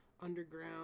underground